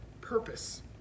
purpose